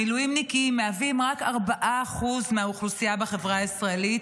המילואימניקים מהווים רק 4% מהאוכלוסייה בחברה הישראלית,